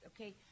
Okay